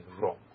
wrong